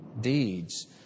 deeds